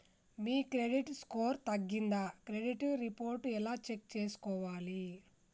మీ credit score తగ్గిందా credit report ఎలా check చేసుకోవాలి?